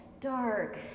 dark